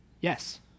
yes